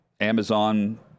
Amazon